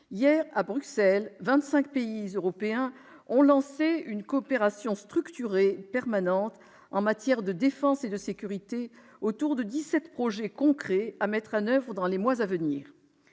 Hier, à Bruxelles, vingt-cinq pays européens ont lancé une coopération structurée permanente en matière de défense et de sécurité, autour de dix-sept projets concrets à mettre en oeuvre dans les mois à venir.